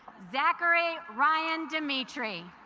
zachary ryan dimitri